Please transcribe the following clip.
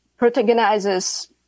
protagonizes